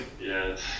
Yes